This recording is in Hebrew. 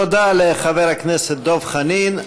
תודה לחבר הכנסת דב חנין.